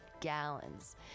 gallons